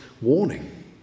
warning